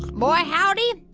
boy howdy,